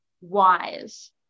wise